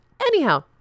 anyhow